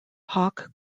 hawk